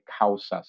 causas